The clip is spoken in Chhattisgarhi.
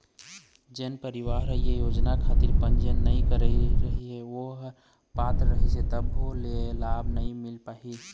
जेन परवार ह ये योजना खातिर पंजीयन नइ करही ओ ह पात्र रइही तभो ले लाभ नइ मिल पाही